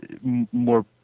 more